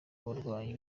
abarwayi